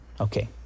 Okay